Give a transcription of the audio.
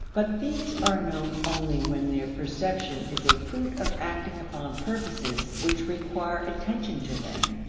but these are known only when their perception is a fruit of acting upon purposes which require attention to them.